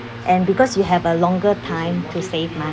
and because you have a longer time to save mah